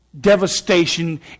Devastation